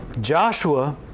Joshua